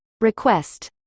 request